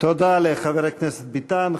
תודה לחבר הכנסת ביטן.